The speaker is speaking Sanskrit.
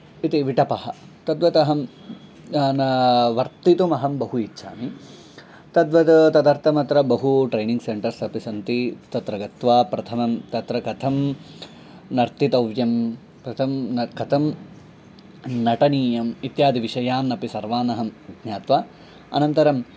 इति विटपः तद्वत् अहं न वर्तितुमहं बहु इच्छामि तद्वद् तदर्थमत्र बहु ट्रैनिङ्ग् सेण्टर्स् अपि सन्ति तत्र गत्वा प्रथमं तत्र कथं नर्तितव्यं प्रथमं कथं नटनीयम् इत्यादिविषयान् अपि सर्वान् अहं ज्ञात्वा अनन्तरम्